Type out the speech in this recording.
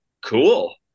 cool